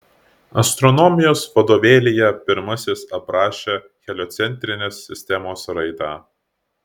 astronomijos vadovėlyje pirmasis aprašė heliocentrinės sistemos raidą